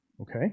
Okay